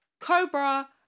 Cobra